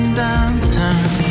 downtown